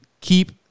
keep